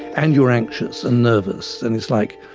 and you're anxious and nervous and it's like,